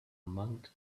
monk